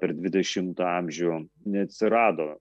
per dvidešimtą amžių neatsirado